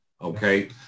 Okay